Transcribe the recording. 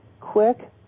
quick